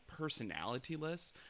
personalityless